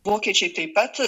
vokiečiai taip pat